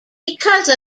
because